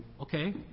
Okay